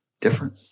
different